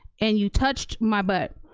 and you touched my butt,